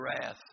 wrath